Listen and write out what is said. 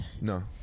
No